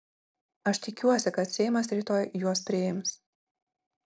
aš tikiuosi kad seimas rytoj juos priims